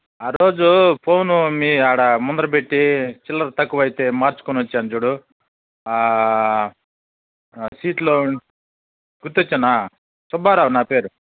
ఆరోజు ఫోను మీ అక్కడ ముందర పెట్టి చిల్లర తక్కువైతే మార్చుకోనొచ్చాను చూడు సీట్లో గుర్తొచ్చానా సుబ్బారావు నా పేరు